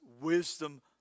wisdom